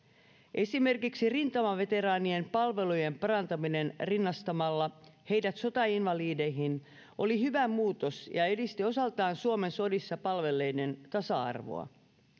esimerkiksi rintamaveteraanien palvelujen parantaminen rinnastamalla heidät sotainvalideihin oli hyvä muutos ja edisti osaltaan suomen sodissa palvelleiden tasa arvoa